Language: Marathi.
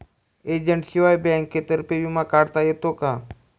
एजंटशिवाय बँकेतर्फे विमा काढता येतो का?